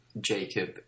Jacob